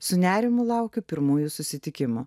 su nerimu laukiu pirmųjų susitikimo